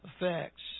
effects